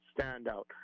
standout